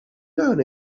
learn